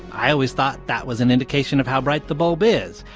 i always thought that was an indication of how bright the bulb is.